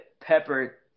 Pepper